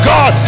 God